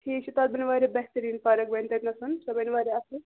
ٹھیٖک چھُ تَتھ بَنہِ واریاہ بہتریٖن پارَک بَنہِ تَتِنَسَن سۄ بَنہِ واریاہ اَصٕل